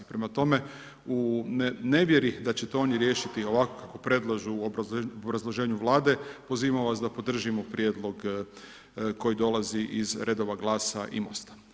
Prema tome, u nevjeri da će to oni riješiti ovako kako predlažu u obrazloženju Vlade, pozivam vas da podržimo prijedlog koji dolazi iz redova GLAS-a i MOST-a.